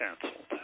canceled